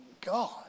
God